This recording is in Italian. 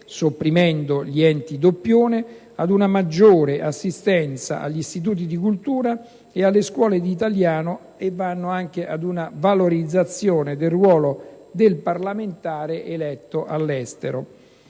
sopprimendo gli enti doppione, ad una maggiore assistenza agli istituti di cultura e alle scuole di italiano, fino ad una valorizzazione del ruolo del parlamentare eletto all'estero.